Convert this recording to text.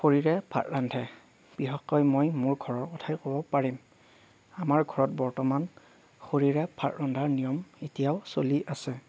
খৰিৰে ভাত ৰান্ধে বিশেষকৈ মই মোৰ ঘৰৰ কথাই ক'ব পাৰিম আমাৰ ঘৰত বৰ্তমান খৰিৰে ভাত ৰন্ধাৰ নিয়ম এতিয়াও চলি আছে